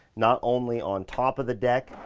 not only on top of the deck,